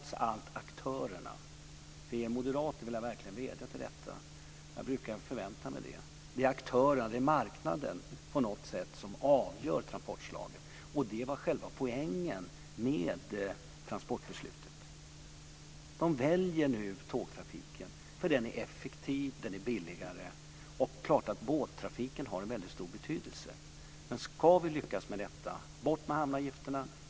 Jag vill verkligen vädja till er moderater när det gäller detta. Jag brukar förvänta mig att ni förstår det. Det är trots allt aktörerna - marknaden - som avgör när det gäller transportslagen. Det var själva poängen med transportbeslutet. De väljer nu tågtrafiken därför att den är effektiv och billigare. Det är klart att båttrafiken har en väldigt stor betydelse, men om vi ska lyckas med detta måste man ta bort hamnavgifterna.